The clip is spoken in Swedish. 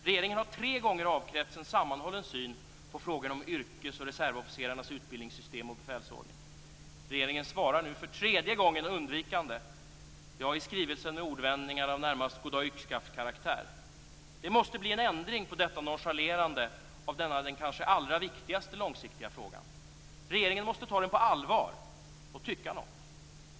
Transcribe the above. Regeringen har tre gånger avkrävts en sammanhållen syn på frågorna om yrkes och reservofficerarnas utbildningssystem och befälsordning. Regeringen svarar nu för tredje gången undvikande - ja, i skrivelsen med ordvändningar av närmast goddag-yxskaftkaraktär. Det måste bli en ändring på detta nonchalerande av denna den kanske viktigaste långsiktiga frågan. Regeringen måste ta den på allvar och tycka något.